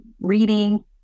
reading